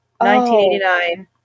1989